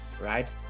right